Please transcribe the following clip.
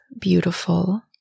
beautiful